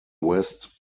west